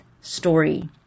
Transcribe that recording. story